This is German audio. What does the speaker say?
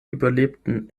überlebten